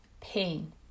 pain